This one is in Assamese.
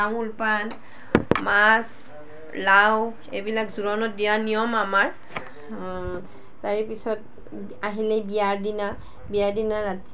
তামোল পাণ মাছ লাও এইবিলাক জোৰোনত দিয়া নিয়ম আমাৰ তাৰ পিছত আহিলেই বিয়াৰ দিনা বিয়াৰ দিনা ৰাতি